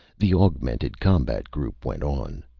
the augmented combat group went on.